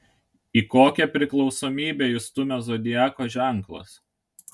į kokią priklausomybę jus stumia zodiako ženklas